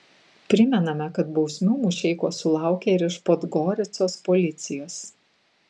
primename kad bausmių mušeikos sulaukė ir iš podgoricos policijos